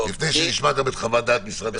לפני שנשמע גם את חוות דעת משרד המשפטים.